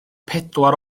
pedwar